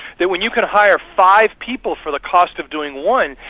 that when you could hire five people for the cost of doing one,